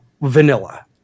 vanilla